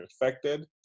infected